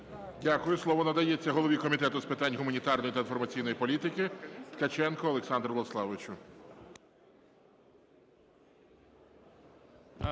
Дякую. Слово надається голові Комітету з питань гуманітарної та інформаційної політики Ткаченку Олександру Владиславовичу.